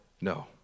No